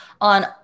on